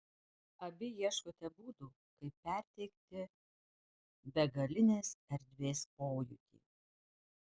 abi ieškote būdų kaip perteikti begalinės erdvės pojūtį